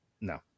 No